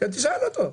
תשאל אותו.